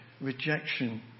rejection